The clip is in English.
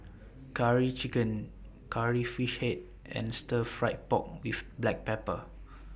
Curry Chicken Curry Fish Head and Stir Fried Pork with Black Pepper